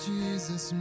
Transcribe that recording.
Jesus